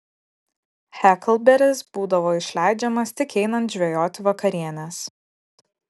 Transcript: heklberis būdavo išleidžiamas tik einant žvejoti vakarienės